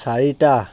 চাৰিটা